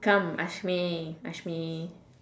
come ask me ask me